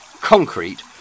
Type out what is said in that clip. concrete